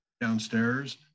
downstairs